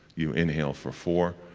you inhale for four,